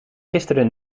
gisteren